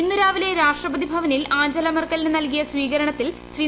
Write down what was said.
ഇന്ന് രാവിലെ രാഷ്ട്രപ്പിക്ട് ഭറ്പനിൽ ആഞ്ചല മെർക്കലിന് നൽകിയ സ്വീകരണത്തിൽ ശ്രീ